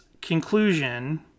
conclusion